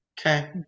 Okay